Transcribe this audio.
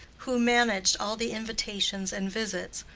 who managed all the invitations and visits,